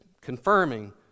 confirming